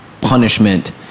punishment